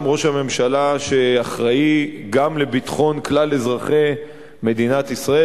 ראש הממשלה שאחראי גם לביטחון כלל אזרחי מדינת ישראל,